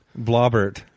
Blobbert